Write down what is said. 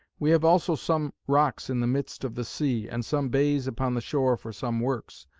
we have also some rocks in the midst of the sea, and some bays upon the shore for some works,